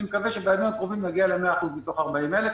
אני מקווה שבימים הקרובים נגיע ל-100% מתוך 40,000,